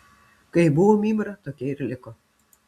kaip buvo mymra tokia ir liko